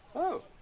oh!